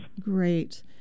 Great